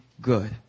good